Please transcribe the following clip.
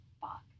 fuck